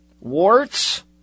warts